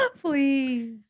Please